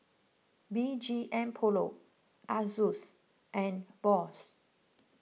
B G M Polo Asus and Bose